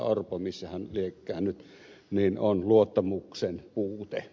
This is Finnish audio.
orpo missähän liekään nyt luottamuksen puute